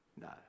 no